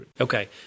Okay